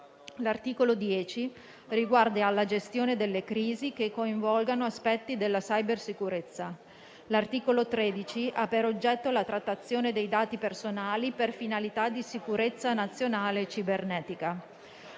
L'articolo 10 riguarda la gestione delle crisi che coinvolgano aspetti della cybersicurezza. L'articolo 13 ha per oggetto la trattazione dei dati personali per finalità di sicurezza nazionale e cibernetica.